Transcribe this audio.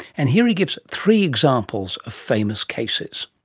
and here he gives three examples of famous cases.